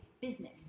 business